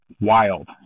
wild